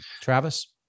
Travis